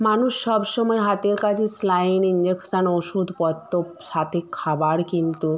মানুষ সব সময় হাতের কাছে স্যালাইন ইনজেকশান ওষুদপত্র সাথে খাবার কিন্তু